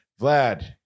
vlad